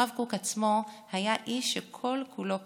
הרב קוק עצמו היה איש שכל-כולו קודש.